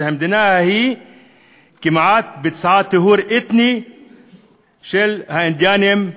שהמדינה ההיא כמעט ביצעה טיהור אתני של האינדיאנים,